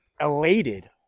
elated